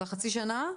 של החצי שנה?